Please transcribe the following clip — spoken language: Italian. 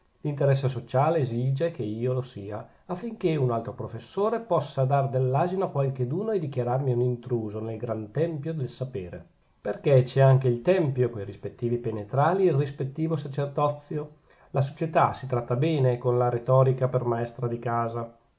l'interesse sociale esige che io lo sia affinchè un altro professore possa dar dell'asino a qualcheduno e dichiararmi un intruso nel gran tempio del sapere perchè c'è anche il tempio coi rispettivi penetrali e il rispettivo sacerdozio la società si tratta bene con la rettorica per maestra di casa